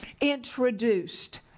introduced